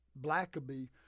Blackaby